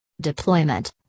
Deployment